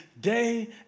day